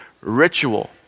ritual